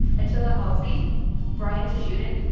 atila halsby bryant desjeuten,